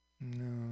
no